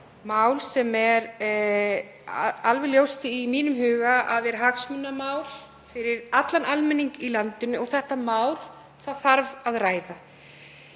mál sem er alveg ljóst í mínum huga að er hagsmunamál fyrir allan almenning í landinu og þetta mál þarf að ræða.